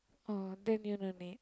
oh then you all no need